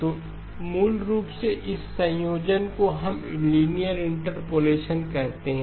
तो मूल रूप से इस संयोजन को हम लिनियर इंटरपोलेशन कहते हैं